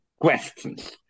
questions